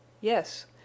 Yes